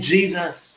Jesus